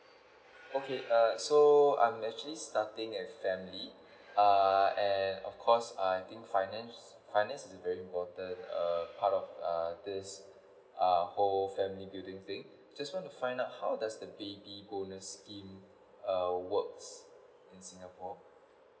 okay uh so I'm actually starting a family ah and of course uh I think finance finance is very important a part of ah this ah whole family building thing just want to find out how does the baby bonus scheme uh works in singapore